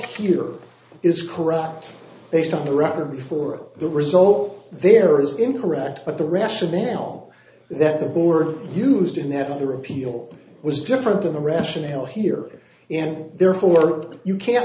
here is correct based on the record before the result there is incorrect but the rationale that the board used in that other appeal was different than the rationale here and therefore you can't